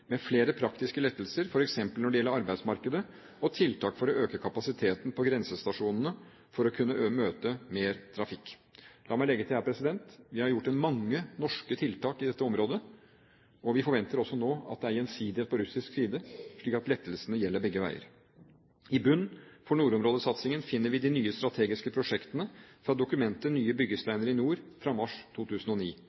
med flere praktiske lettelser, f.eks. når det gjelder arbeidsmarkedet og tiltak for å øke kapasiteten på grensestasjonene for å kunne møte mer trafikk. La meg legge til her: Vi har gjort mange norske tiltak i dette området, og vi forventer også nå at det er gjensidighet på russisk side, slik at lettelsene gjelder begge veier. I bunnen for nordområdesatsingen finner vi de nye strategiske prosjektene fra dokumentet